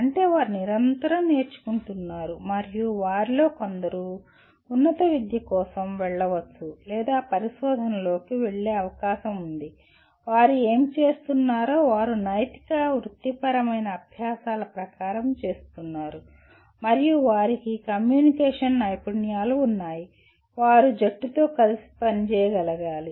అంటే వారు నిరంతరం నేర్చుకుంటున్నారు మరియు వారిలో కొందరు ఉన్నత విద్య కోసం వెళ్ళవచ్చు లేదా పరిశోధనలోకి వెళ్ళే అవకాశం ఉంది మరియు వారు ఏమి చేస్తున్నారో వారు నైతిక వృత్తిపరమైన అభ్యాసాల ప్రకారం చేస్తున్నారు మరియు వారికి కమ్యూనికేషన్ నైపుణ్యాలు ఉన్నాయి మరియు వారు జట్టు తో కలిసి పనిచేయగలగాలి